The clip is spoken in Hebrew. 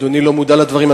אולי אדוני לא מודע לדברים.